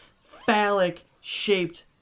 phallic-shaped